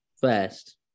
first